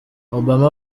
obama